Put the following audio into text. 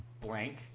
blank